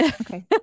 Okay